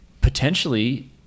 potentially